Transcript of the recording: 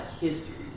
history